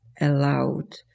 allowed